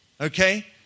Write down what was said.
Okay